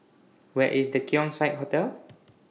Where IS The Keong Saik Hotel